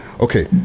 okay